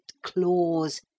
claws